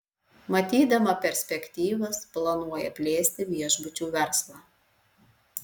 matydama perspektyvas planuoja plėsti viešbučių verslą